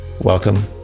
Welcome